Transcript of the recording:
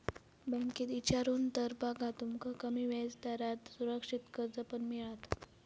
बँकेत इचारून तर बघा, तुमका कमी व्याजदरात सुरक्षित कर्ज पण मिळात